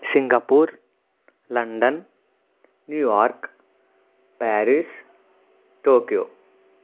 Singapore London New York Paris Tokyo